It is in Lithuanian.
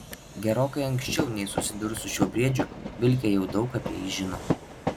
gerokai anksčiau nei susidurs su šiuo briedžiu vilkė jau daug apie jį žino